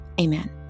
amen